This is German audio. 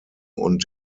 und